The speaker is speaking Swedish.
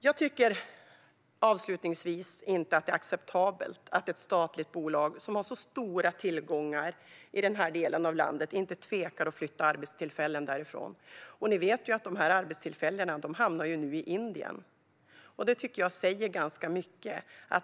Jag tycker avslutningsvis inte att det är acceptabelt att ett statligt bolag som har så stora tillgångar i denna del av landet inte tvekar att flytta arbetstillfällen därifrån. Dessa arbetstillfällen hamnar nu i Indien, och det tycker jag säger ganska mycket.